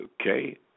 Okay